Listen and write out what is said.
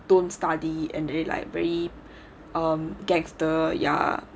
don't study and then like very um gangster ya